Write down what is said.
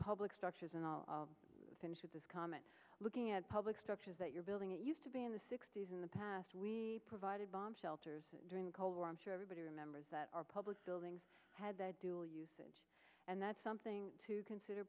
public structures and i'll finish with this comment looking at public structures that you're building that used to be in the sixty's in the past we provided bomb shelters during the cold war i'm sure everybody remembers that our public buildings had a dual usage and that's something to consider